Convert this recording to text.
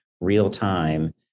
real-time